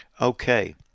Okay